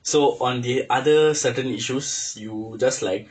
so on the other certain issues you just like